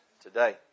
today